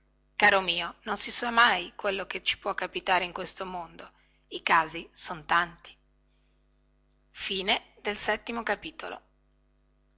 caro mio non si sa mai quel che ci può capitare in questo mondo i casi son tanti